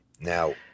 Now